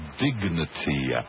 dignity